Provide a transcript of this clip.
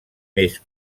més